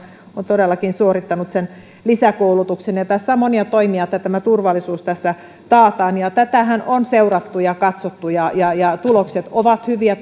todellakin suorittaneet sen lisäkoulutuksen ja tässä on monia toimia että turvallisuus tässä taataan tätähän on seurattu ja katsottu ja ja tulokset ovat hyviä